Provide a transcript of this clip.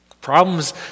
Problems